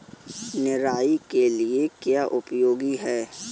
निराई के लिए क्या उपयोगी है?